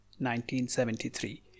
1973